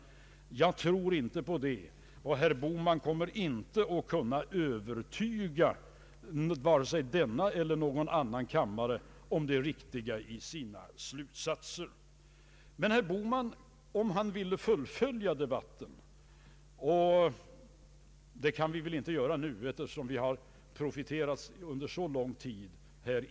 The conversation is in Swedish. Jag tror inte på det, och herr Bohman kommer inte att kunna övertyga denna eller någon annan kammare om det riktiga i sina slutsatser. Nu kan vi inte, herr Bohman, fullfölja denna debatt eftersom vi har profiterat här under så många timmar.